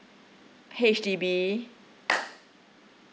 H_D_B